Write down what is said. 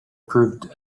proved